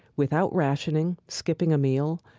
without rationing, skipping a meal,